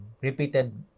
repeated